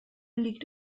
liegt